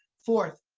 fourth,